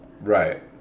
Right